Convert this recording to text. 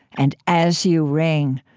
and as you ring,